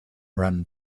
run